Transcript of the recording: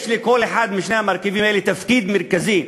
יש לכל אחד משני המרכיבים האלה תפקיד מרכזי.